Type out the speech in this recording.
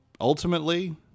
ultimately